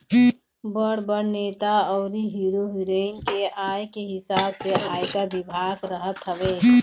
बड़ बड़ नेता अउरी हीरो हिरोइन के आय के हिसाब भी आयकर विभाग रखत हवे